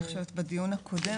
אני חושבת בדיון הקודם,